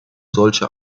solche